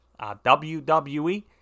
WWE